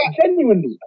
Genuinely